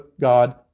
God